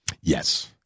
Yes